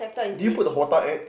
did you put the HOTA act